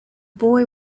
boy